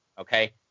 okay